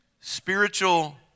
Spiritual